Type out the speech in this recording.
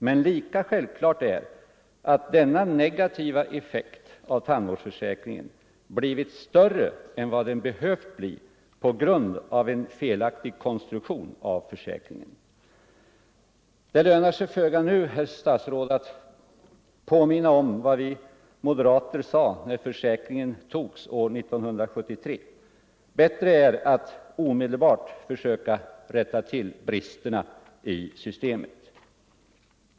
Men lika självklart är att denna negativa effekt av tandvårdsförsäkringen blivit större än vad den behövt bli på grund av en felaktig konstruktion av försäkringen. Det lönar sig föga nu, herr statsråd, att påminna om vad vi moderater sade när försäkringen togs år 1973. Bättre är att omedelbart försöka rätta till bristerna i systemet.